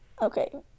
okay